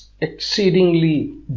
exceedingly